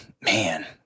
Man